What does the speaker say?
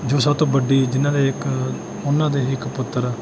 ਜੋ ਸਭ ਤੋਂ ਵੱਡੀ ਜਿਨ੍ਹਾਂ ਦੇ ਇੱਕ ਉਹਨਾਂ ਦੇ ਹੀ ਇੱਕ ਪੁੱਤਰ